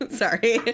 sorry